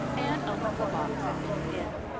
anne opened the box and peeped in.